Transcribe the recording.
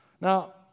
Now